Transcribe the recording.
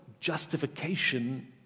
justification